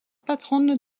patronne